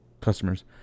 customers